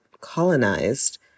colonized